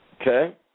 Okay